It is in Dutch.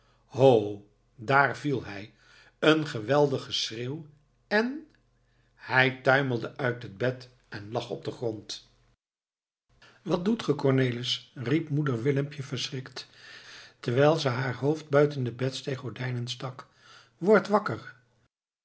ho daar viel hij een geweldige schreeuw en hij tuimelde uit het bed en lag op den grond wat doet ge cornelis riep moeder willempje verschrikt terwijl ze haar hoofd buiten de bedsteê gordijnen stak word wakker